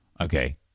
Okay